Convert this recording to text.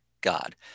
God